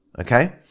Okay